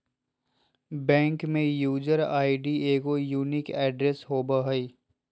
bank में user ID एगो unique address होबो हइ